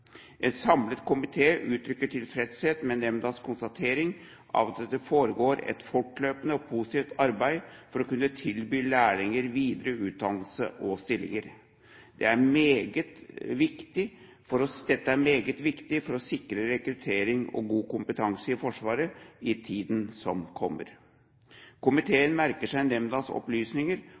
En samlet komité uttrykker tilfredshet med nemndas konstatering av at det foregår et fortløpende og positivt arbeid for å kunne tilby lærlinger videre utdannelse og stillinger. Dette er meget viktig for å sikre rekruttering og god kompetanse i Forsvaret i tiden som kommer. Komiteen merker seg nemndas opplysninger